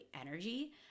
energy